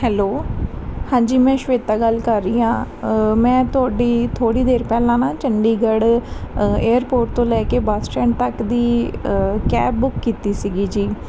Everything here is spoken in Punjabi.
ਹੈਲੋ ਹਾਂਜੀ ਮੈਂ ਸ਼ਵੇਤਾ ਗੱਲ ਕਰ ਰਹੀ ਹਾਂ ਮੈਂ ਤੁਹਾਡੀ ਥੋੜ੍ਹੀ ਦੇਰ ਪਹਿਲਾਂ ਨਾ ਚੰਡੀਗੜ੍ਹ ਏਅਰਪੋਰਟ ਤੋਂ ਲੈ ਕੇ ਬੱਸ ਸਟੈਂਡ ਤੱਕ ਦੀ ਕੈਬ ਬੁੱਕ ਕੀਤੀ ਸੀਗੀ ਜੀ